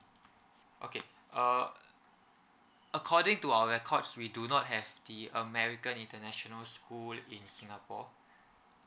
okay uh according to our records we do not have the american international school in singapore